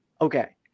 okay